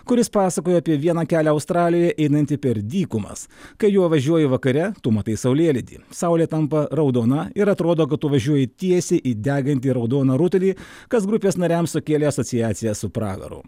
kuris pasakojo apie vieną kelią australijoje einantį per dykumas kai juo važiuoji vakare tu matai saulėlydį saulė tampa raudona ir atrodo kad tu važiuoji tiesiai į degantį raudoną rutulį kas grupės nariams sukėlė asociacijas su pragaru